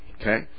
okay